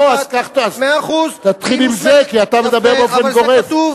או, אז תתחיל עם זה, כי אתה מדבר באופן גורף.